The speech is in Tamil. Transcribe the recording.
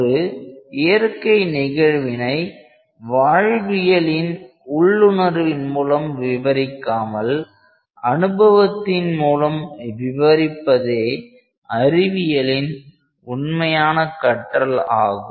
ஒரு இயற்கை நிகழ்வினை வாழ்வியலின் உள்ளுணர்வின் மூலம் விவரிக்காமல் அனுபவத்தின் மூலம் விவரிப்பதே அறிவியலின் உண்மையான கற்றல் ஆகும்